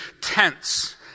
tents